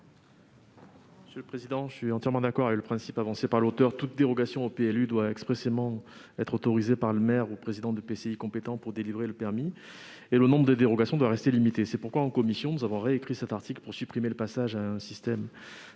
économiques ? Je suis entièrement d'accord avec le principe avancé par M. Marchand : toute dérogation aux règles du PLU doit être expressément autorisée par le maire ou le président de l'EPCI compétent pour délivrer les permis, et le nombre de dérogations doit rester limité. C'est pourquoi, en commission, nous avons réécrit cet article pour supprimer le passage à un système